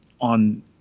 on